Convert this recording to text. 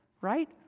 right